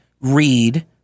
read